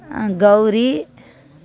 Gowri